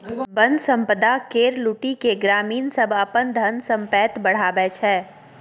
बन संपदा केर लुटि केँ ग्रामीण सब अपन धन संपैत बढ़ाबै छै